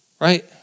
right